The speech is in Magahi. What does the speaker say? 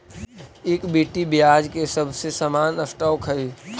इक्विटी ब्याज के सबसे सामान्य स्टॉक हई